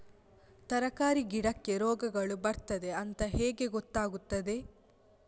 ತರಕಾರಿ ಗಿಡಕ್ಕೆ ರೋಗಗಳು ಬರ್ತದೆ ಅಂತ ಹೇಗೆ ಗೊತ್ತಾಗುತ್ತದೆ?